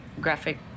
graphic